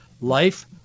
Life